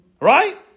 Right